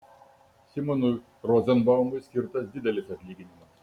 simonui rozenbaumui skirtas didelis atlyginimas